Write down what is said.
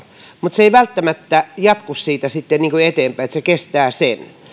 mutta se ei välttämättä jatku siitä sitten eteenpäin vaan se kestää sen